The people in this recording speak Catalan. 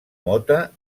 mota